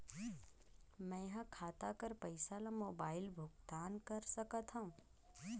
मैं ह खाता कर पईसा ला मोबाइल भुगतान कर सकथव?